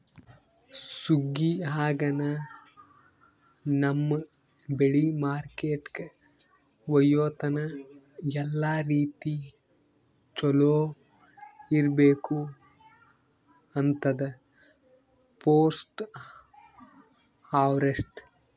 ಸುಗ್ಗಿ ಆಗನ ನಮ್ಮ್ ಬೆಳಿ ಮಾರ್ಕೆಟ್ಕ ಒಯ್ಯತನ ಎಲ್ಲಾ ರೀತಿ ಚೊಲೋ ಇರ್ಬೇಕು ಅಂತದ್ ಪೋಸ್ಟ್ ಹಾರ್ವೆಸ್ಟ್